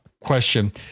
question